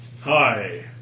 Hi